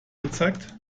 gezeigt